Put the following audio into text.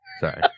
Sorry